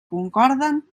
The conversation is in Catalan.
concorden